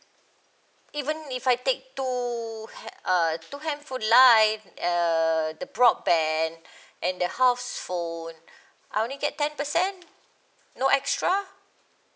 even if I take two han~ uh two handphone line err the broadband and the house phone I only get ten percent no extra